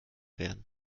werden